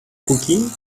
cooking